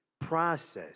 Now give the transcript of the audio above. process